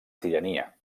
tirania